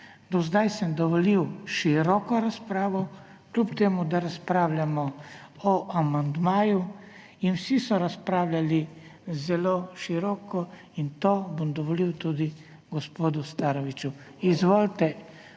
sedaj sem dovolil široko razpravo, čeprav razpravljamo o amandmaju. In vsi so razpravljali zelo široko in to bom dovolil tudi gospodu Staroviću. Izvolite.